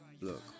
Look